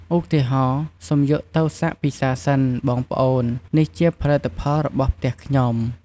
ឧទាហរណ៍ សូមយកទៅសាកពិសារសិន បងប្អូន នេះជាផលិតផលរបស់ផ្ទះខ្ញុំ។